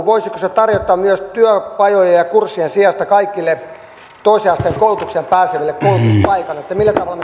voisiko nuorisotakuu tarjota työpajojen ja kurssien sijasta kaikille toisen asteen koulutukseen pääseville koulutuspaikan millä tavalla